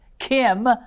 Kim